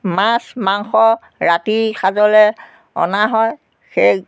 মাছ মাংস ৰাতি সাঁজলৈ অনা হয় সেই